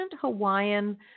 Hawaiian